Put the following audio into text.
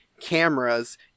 cameras